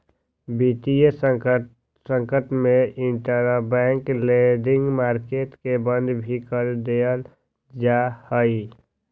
वितीय संकट में इंटरबैंक लेंडिंग मार्केट के बंद भी कर देयल जा हई